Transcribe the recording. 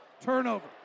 Turnover